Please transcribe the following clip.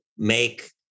make